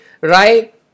right